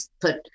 put